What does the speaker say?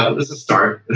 ah that's a start.